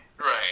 Right